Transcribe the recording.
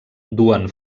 duen